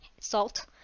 salt